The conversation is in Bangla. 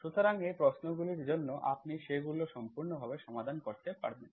সুতরাং এই প্রশ্নগুলির জন্য আপনি সেগুলি সম্পূর্ণভাবে সমাধান করতে পারেন